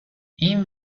این